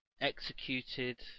executed